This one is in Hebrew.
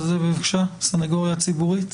בבקשה, הסנגוריה הציבורית.